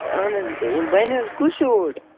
اَہن حظ بَنہِ حظ کُس ہیوٗ اوٹ